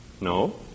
No